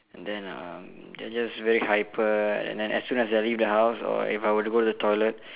and then um they are just very hyper and then as soon as I leave the house or if I were to go to the toilet